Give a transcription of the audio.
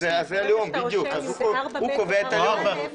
אז זה הלאום, הוא קובע את הלאום.